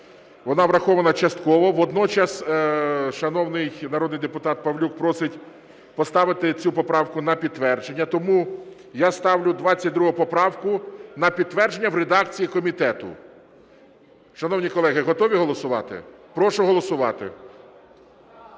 вона врахована частково. Водночас шановний народний депутат Павлюк просить поставити цю поправку на підтвердження. Тому я ставлю 22 поправку на підтвердження в редакції комітету. Шановні колеги, готові голосувати? Прошу голосувати.